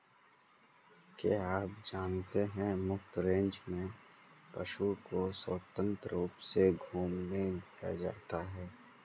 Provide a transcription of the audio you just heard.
क्या आप जानते है मुफ्त रेंज में पशु को स्वतंत्र रूप से घूमने दिया जाता है?